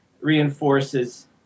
reinforces